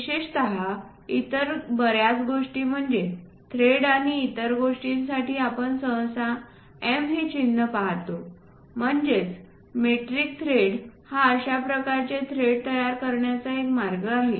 विशेषत इतर बर्याच गोष्टी म्हणजेच थ्रेड आणि इतर गोष्टींसाठी आपण सहसाM हे चिन्हे पाहतो म्हणजेच मॅट्रिक थ्रेड हा अशा प्रकारचे थ्रेड तयार करण्याचा एक मार्ग आहे